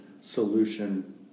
solution